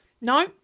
No